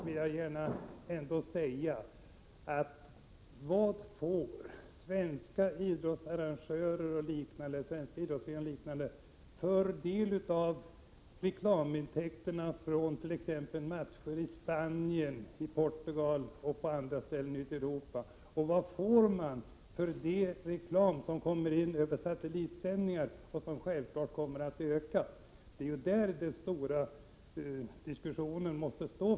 Sedan vill jag fråga: Hur mycket får svenska idrottsarrangörer och idrottsföreningar del av reklamintäkter vid matcher exempelvis i Spanien, Portugal och på andra ställen i Europa? Och vad får de för den reklam som kommer in via satellitsändningar, som självfallet kommer att öka? Det är om detta som den stora diskussionen måste gälla.